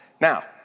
Now